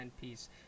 piece